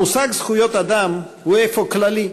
המושג זכויות אדם הוא אפוא כללי,